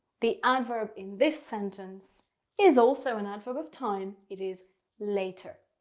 the adverb in this sentence is also an adverb of time. it is later.